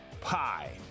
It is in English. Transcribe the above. pie